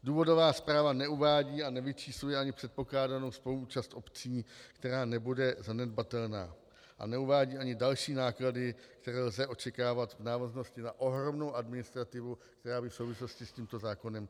Důvodová zpráva neuvádí a nevyčísluje ani předpokládanou spoluúčast obcí, která nebude zanedbatelná, a neuvádí ani další náklady, které lze očekávat v návaznosti na ohromnou administrativu, která by v souvislosti s tímto zákonem vznikla.